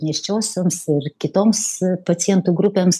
nėščiosioms ir kitoms pacientų grupėms